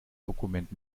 dokument